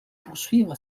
poursuivre